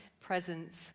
presence